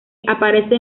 aparece